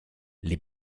les